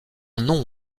nom